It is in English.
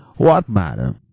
what, madam!